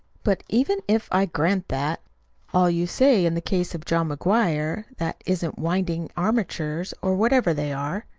but even if i grant that all you say in the case of john mcguire that isn't winding armatures, or whatever they are.